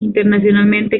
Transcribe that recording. internacionalmente